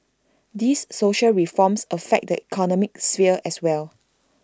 these social reforms affect the economic sphere as well